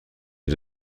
این